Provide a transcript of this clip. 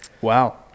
Wow